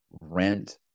rent